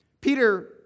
Peter